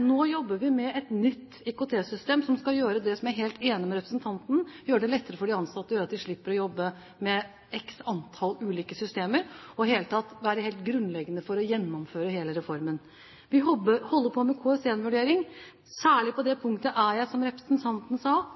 Nå jobber vi med et nytt IKT-system som skal, og jeg er helt enig med representanten i det, gjøre det lettere for de ansatte, slik at de slipper å jobbe med x antall ulike systemer, som i det hele tatt må være helt grunnleggende for å gjennomføre hele reformen. Vi holder på med en KS1-vurdering. Særlig på det punktet er jeg som representanten sa,